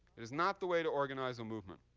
it is not the way to organize a movement.